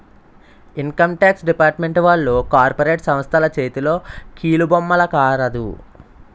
income tax department వాళ్లు corporate సంస్థల చేతిలో కీలుబొమ్మల కారాదు